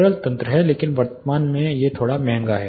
सरल तंत्र लेकिन वर्तमान दिन में यह थोड़ा महंगा है